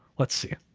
let's see.